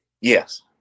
Yes